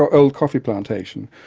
old coffee plantation,